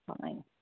fine